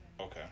Okay